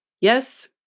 Yes